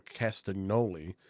Castagnoli